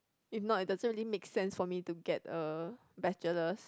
if not it doesn't really make sense for me to get a bachelor